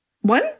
one